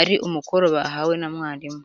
ari umukoro bahawe na mwarimu.